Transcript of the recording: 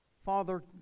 Father